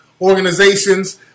organizations